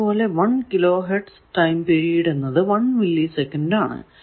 അതുപോലെ 1 kilo hertz time period എന്നത് 1 milli second ആണ്